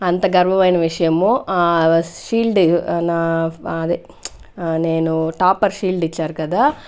అంత గర్వమైన విషయము ఆ షీల్డ్ నా అదే నేను టాపర్ షీల్డ్ ఇచ్చారు కదా